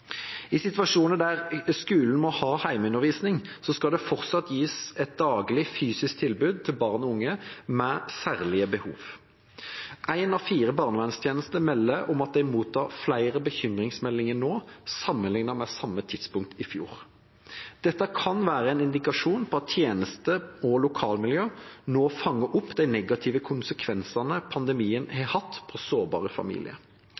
I situasjoner der skolen må ha hjemmeundervisning, skal det fortsatt gis et daglig fysisk tilbud til barn og unge med særlige behov. Én av fire barnevernstjenester melder om at de mottar flere bekymringsmeldinger nå sammenlignet med samme tidspunkt i fjor. Dette kan være en indikasjon på at tjenester og lokalmiljø nå fanger opp de negative konsekvensene pandemien har hatt for sårbare familier.